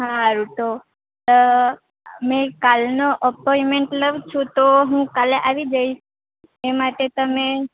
હારુ તો મે કાલનો અપોઇન્ટમેન્ટ લઉ છુ તો હુ કાલે આવી જઈશ એ માટે તમે